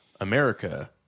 America